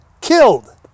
Killed